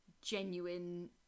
genuine